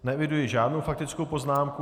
Neeviduji žádnou faktickou poznámku.